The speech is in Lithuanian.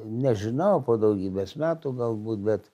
nežinau po daugybės metų galbūt bet